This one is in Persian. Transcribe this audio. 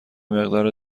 مقدار